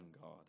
God